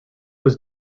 was